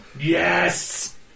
Yes